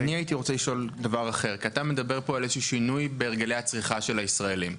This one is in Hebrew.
אתה מדבר פה על שינוי בהרגלי הצריכה של הישראליים,